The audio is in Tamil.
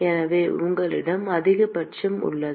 எனவே உங்களிடம் அதிகபட்சம் உள்ளது